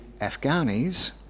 Afghanis